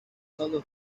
solo